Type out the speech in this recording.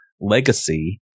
legacy